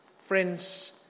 Friends